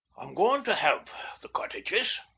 i'm goin' to have the cottages.